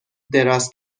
دراز